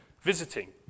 visiting